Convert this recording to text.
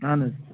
اَہن حظ